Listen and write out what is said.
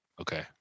okay